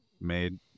made